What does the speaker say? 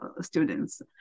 students